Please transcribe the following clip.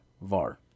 VAR